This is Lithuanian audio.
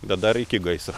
bet dar iki gaisro